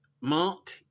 Mark